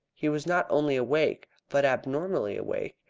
he was not only awake, but abnormally awake,